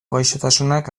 gaixotasunak